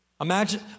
Imagine